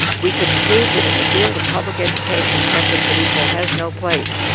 we conclude that in the field of public education, separate but equal has no place.